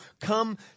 come